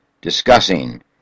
discussing